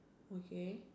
okay